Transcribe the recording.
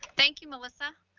thank you, melissa.